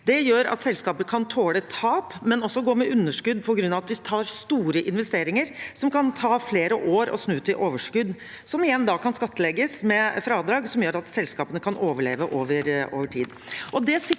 Det gjør at selskaper kan tåle tap, men også gå med underskudd på grunn av at de gjør store investeringer som kan ta flere år å snu til overskudd, som igjen kan skattlegges, med fradrag som gjør at selskapene kan overleve over tid.